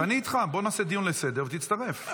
אז אני איתך, נעשה דיון לסדר, ותצטרף.